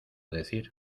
decir